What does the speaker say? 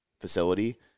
facility